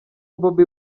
bobi